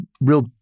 real